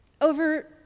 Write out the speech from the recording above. over